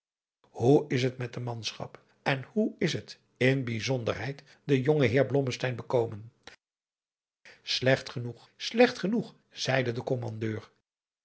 hoe is het met de manschap en hoe is het inzonderheid den jongen heer blommesteyn bekomen slecht genoeg slecht genoeg zeide de kommandeur